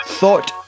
Thought